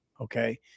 Okay